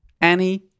Annie